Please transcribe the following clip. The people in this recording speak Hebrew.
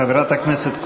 חברת הכנסת קול.